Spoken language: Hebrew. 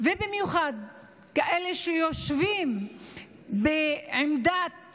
ובמיוחד כאלה שיושבים בעמדת